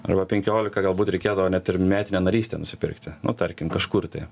arba penkiolika galbūt reikėdavo net ir metinę narystę nusipirkti nu tarkim kažkur tai